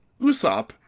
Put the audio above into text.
Usopp